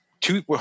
two